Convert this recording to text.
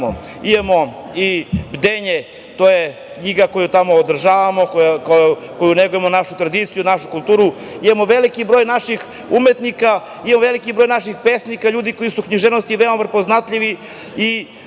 Imamo i bdenje. To je igra koju tamo održavamo, kojom negujemo našu tradiciju, našu kulturu. Imamo veliki broj naših umetnika, naših pesnika, ljudi koji su u književnosti veoma prepoznatljivi.